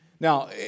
Now